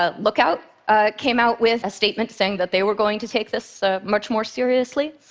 ah lookout ah came out with a statement saying that they were going to take this much more seriously.